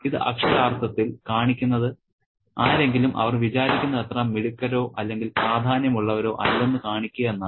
ഇത് അക്ഷരാർത്ഥത്തിൽ കാണിക്കുന്നത് ആരെങ്കിലും അവർ വിചാരിക്കുന്നത്ര മിടുക്കരോ അല്ലെങ്കിൽ പ്രാധാന്യമുള്ളവരോ അല്ലെന്ന് കാണിക്കുക എന്നാണ്